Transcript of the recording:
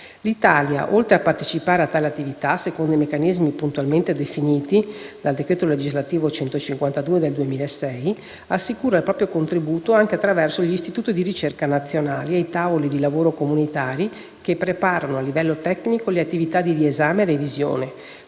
L'Italia, oltre a partecipare a tale attività, secondo i meccanismi puntualmente definiti dal decreto legislativo n. 152 del 2006, assicura il proprio contributo, anche attraverso gli istituti di ricerca nazionali, ai tavoli di lavoro comunitari che preparano a livello tecnico le attività di riesame e revisione,